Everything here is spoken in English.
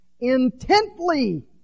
Intently